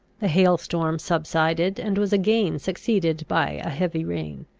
the hail-storm subsided, and was again succeeded by a heavy rain.